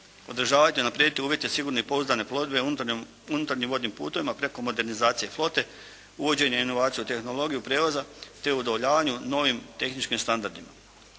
održavati i unaprijediti uvjete sigurne i pouzdane plovidbe unutarnjim vodnim putevima preko modernizacije flote, uvođenje inovacije u tehnologiju prijevoza te udovoljavanju novim tehničkim standardima.